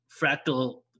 fractal